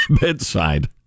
bedside